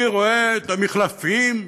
אני רואה את המחלפים,